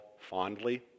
fondly